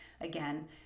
Again